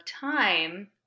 time